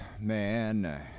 man